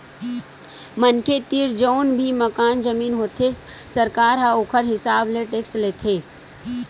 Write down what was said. मनखे तीर जउन भी मकान, जमीन होथे सरकार ह ओखर हिसाब ले टेक्स लेथे